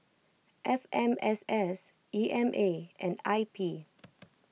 F M S S E M A and I P